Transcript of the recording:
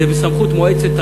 זה בסמכות מועצת העיר.